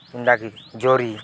କେନ୍ତାକି ଜରି